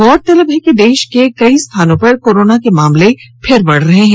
गौरतलब है कि देश के कई स्थानों पर कोरोना के मामले फिर से बढ़ रहे हैं